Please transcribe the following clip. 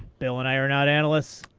bill and i are not analysts.